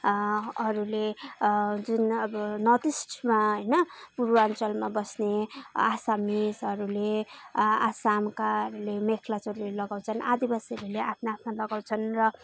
अरूले जुन अब नर्थ इस्टमा होइन पूर्वान्चलमा बस्ने आसामिसहरूले असमका मेखला चादरहरू लगाउँछन् आदिवासीहरूले आफ्ना आफ्ना लगाउँछन् र